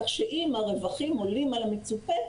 כך שאם הרווחים עולים על המצופה,